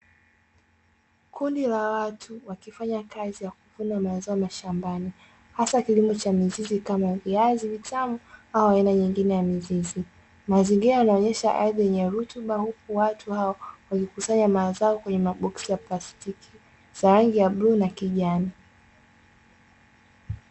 Kundi la watu wakifanya kazi ya kuvuna mazao mashambani, hasa kilimo cha mizizi kama viazi vitamu au aina nyingine ya mizizi. Mazingira yanaonyesha ardhi yenye rutuba huku watu hao wakikusanya mazao kwenye maboksi ya plastiki za rangi ya bluu na kijani.